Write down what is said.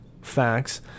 facts